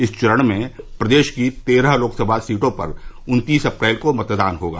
इस चरण में प्रदेश की तेरह लोकसभा सीटों पर उन्तीस अप्रैल को मतदान होगा